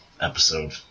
Episode